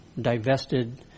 divested